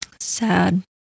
Sad